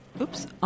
oops